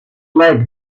leg